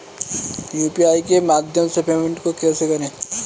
UPI के माध्यम से पेमेंट को कैसे करें?